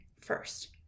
first